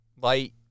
light